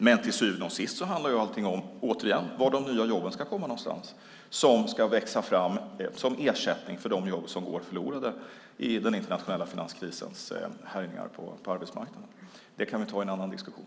Men till syvende och sist handlar allting om var de nya jobb ska komma någonstans som ska växa fram som ersättning för de jobb som går förlorade i den internationella finanskrisens härjningar på arbetsmarknaden. Det kan vi ta i en annan diskussion!